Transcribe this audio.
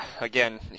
again